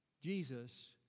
Jesus